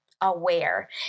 aware